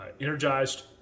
energized